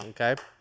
Okay